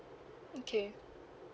okay